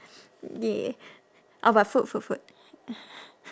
!yay! oh but food food food